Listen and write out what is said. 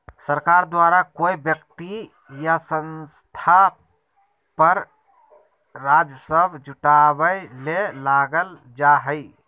सरकार द्वारा कोय व्यक्ति या संस्था पर राजस्व जुटावय ले लगाल जा हइ